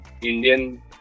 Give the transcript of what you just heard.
Indian